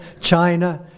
China